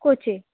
coach आहे